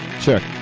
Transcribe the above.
check